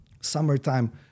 summertime